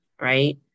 right